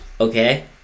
Okay